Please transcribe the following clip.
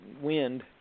wind